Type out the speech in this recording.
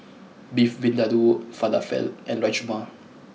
Beef Vindaloo Falafel and Rajma